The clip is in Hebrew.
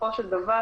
בסופו של דבר,